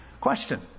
Question